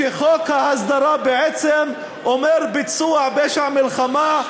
שחוק ההסדרה בעצם אומר: ביצוע פשע מלחמה,